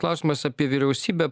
klausimas apie vyriausybę